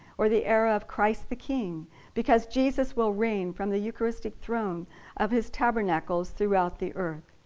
or the era of christ the king because jesus will reign from the eucharistic throne of his tabernacles throughout the earth.